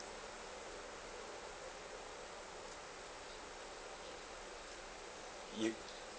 you